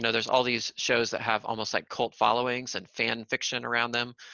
and there's all these shows that have almost like cult followings and fan fiction around them.